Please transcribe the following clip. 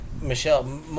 Michelle